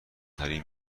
ترین